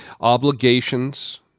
obligations